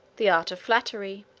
the art of flattery